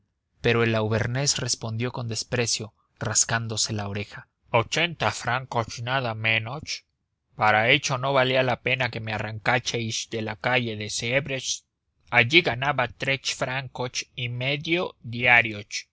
pero el auvernés respondió con desprecio rascándose la oreja ochenta francos nada menos para eso no valía la pena que me arrancaseis de la calle de svres allí ganaba tres francos y medio diarios